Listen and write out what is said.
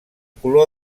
color